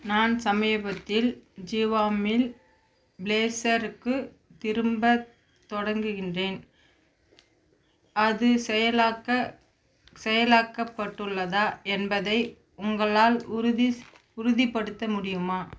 நான் சமீபத்தில் ஜிவாமில் பிளேசருக்கு திரும்பத் தொடங்குகின்றேன் அது செயலாக்க செயலாக்கப்பட்டுள்ளதா என்பதை உங்களால் உறுதி ஸ் உறுதிப்படுத்த முடியுமா